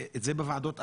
בוועדות אחרות,